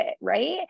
Right